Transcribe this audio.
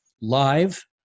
live